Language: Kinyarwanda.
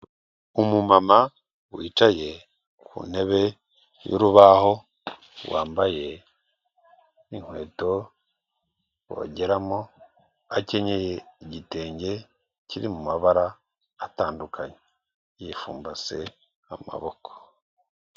Umumama wicaye ku ntebe y'urubaho wambaye n'inkweto bogeramo akenyeye igitenge kiri mu mabara atandukanye, yifumbase amaboko.